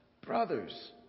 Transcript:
Brothers